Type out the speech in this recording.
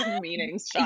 meanings